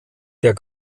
der